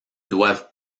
doivent